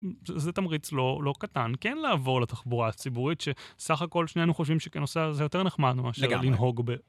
זה תמריץ לא קטן כן לעבור לתחבורה ציבורית שסך הכל שנינו חושבים שכנוסע זה יותר נחמד מאשר לנהוג ב ..